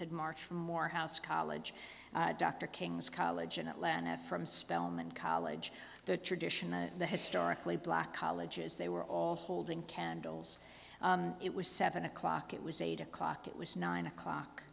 had marched from or house college dr king's college in atlanta from spelman college the tradition of the historically black colleges they were all holding candles it was seven o'clock it was eight o'clock it was nine o'clock